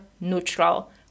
neutral